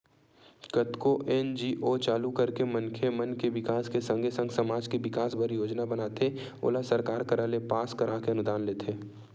कतको एन.जी.ओ चालू करके मनखे मन के बिकास के संगे संग समाज के बिकास बर योजना बनाथे ओला सरकार करा ले पास कराके अनुदान लेथे